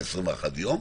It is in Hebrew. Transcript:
ל-21 יום,